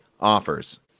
Offers